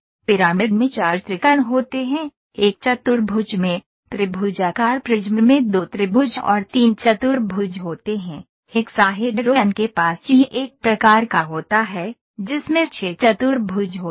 pyramid में 4 त्रिकोण होते हैं एक चतुर्भुज में त्रिभुजाकार प्रिज्म में 2 त्रिभुज और 3 चतुर्भुज होते हैं हेक्साहेड्रॉन के पास यह एक प्रकार का होता है जिसमें 6 चतुर्भुज होते हैं